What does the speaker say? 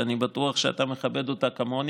שאני בטוח שאתה מכבד אותה כמוני,